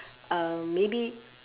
uh maybe